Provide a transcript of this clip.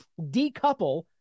decouple